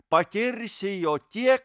patirsi jo tiek